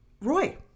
Roy